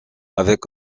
avec